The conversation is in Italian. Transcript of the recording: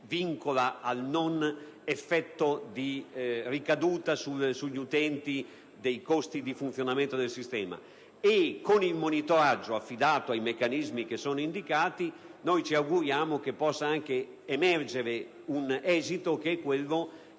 vincola al non effetto di ricaduta sugli utenti dei costi di funzionamento del sistema. Con il monitoraggio affidato ai meccanismi indicati ci auguriamo possa emergere l'esito che, se